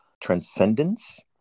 transcendence